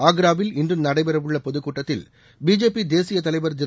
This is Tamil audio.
ஆக்ராவில் இன்று நடைபெறவுள்ள பொதுக்கூட்டத்தில் பிஜேபி தேசியத் தலைவர் திரு